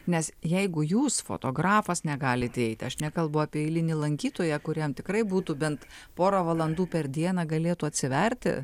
nes jeigu jūs fotografas negalite įeit aš nekalbu apie eilinį lankytoją kuriam tikrai būtų bent porą valandų per dieną galėtų atsiverti